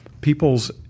people's